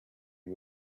day